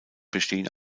bestehen